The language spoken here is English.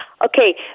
Okay